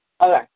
Okay